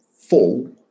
full